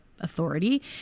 authority